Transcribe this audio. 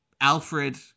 Alfred